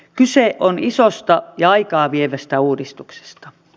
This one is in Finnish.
kyse on isosta ja aikaa vievästä uudistuksesta